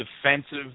defensive